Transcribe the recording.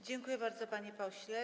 Dziękuję bardzo, panie pośle.